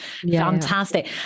Fantastic